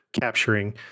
capturing